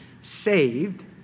saved